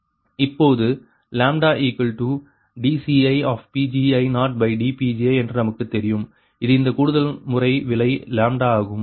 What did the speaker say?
இப்பொழுது λdCiPgi0dPgi என்று நமக்கு தெரியும் இது அந்த கூடுதல்முறை விலை ஆகும்